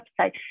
website